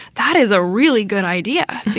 that is a really good idea.